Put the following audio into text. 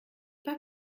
pas